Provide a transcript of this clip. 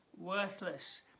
Worthless